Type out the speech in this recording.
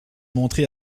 montré